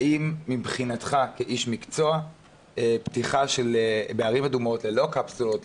האם מבחינתך כאיש מקצוע פתיחה בערים אדומות ללא קפסולות,